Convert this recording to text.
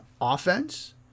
offense